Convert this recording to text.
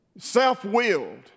self-willed